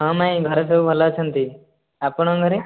ହଁ ମାଇଁ ଘରେ ସବୁ ଭଲ ଅଛନ୍ତି ଆପଣଙ୍କ ଘରେ